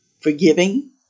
forgiving